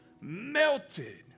melted